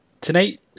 Tonight